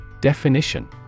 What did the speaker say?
Definition